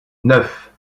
neuf